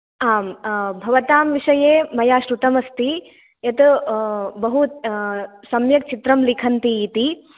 आम् भवतां विषये मया शृतम् अस्ति यत् बहु सम्यक् चित्रं लिखन्ति इति